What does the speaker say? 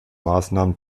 maßnahme